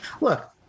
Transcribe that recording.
Look